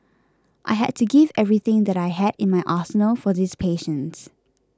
I had to give everything that I had in my arsenal for these patients